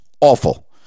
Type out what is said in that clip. Awful